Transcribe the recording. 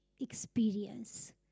experience